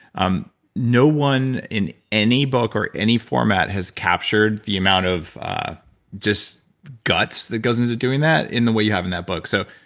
um no one in any book or any format has capture the amount of just guts that goes into doing that in the way you have in that book. so,